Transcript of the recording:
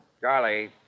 Charlie